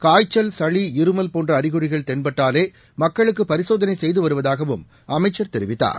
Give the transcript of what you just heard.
காய்ச்சல் சளி இருமல் போன்ற அறிகுறிகள் தென்பட்டாலே மக்களுக்கு பரிசோதனை செய்து வருவதாகவும் அமைச்சர் தெரிவித்தார்